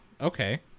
Okay